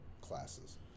classes